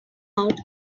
out